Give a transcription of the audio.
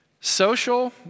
Social